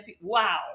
wow